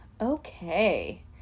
Okay